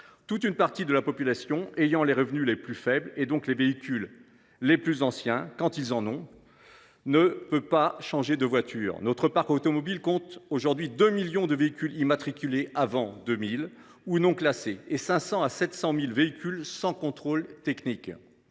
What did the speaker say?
Une grande partie de la population, celle qui a les revenus les plus faibles, donc les véhicules les plus anciens – quand ces personnes en ont un –, ne peut pas changer de voiture. Notre parc automobile compte aujourd’hui 2 millions de véhicules immatriculés avant 2000 ou non classés, et 500 000 à 700 000 véhicules sans contrôle technique.